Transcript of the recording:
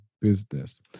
business